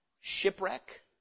shipwreck